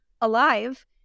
alive